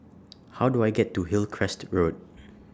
How Do I get to Hillcrest Road